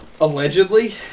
Allegedly